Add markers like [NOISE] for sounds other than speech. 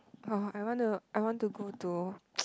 oh I want to I want to go to [NOISE]